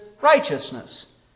righteousness